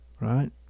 right